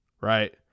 right